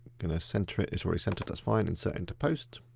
gonna centre it, it's already centred, that's fine, insert into post.